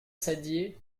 saddier